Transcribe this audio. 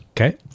Okay